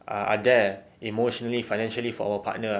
are there emotionally financially for our partner ah